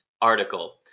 article